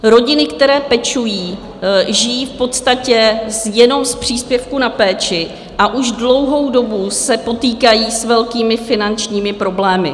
Rodiny, které pečují, žijí v podstatě jenom z příspěvku na péči a už dlouhou dobu se potýkají s velkými finančními problémy.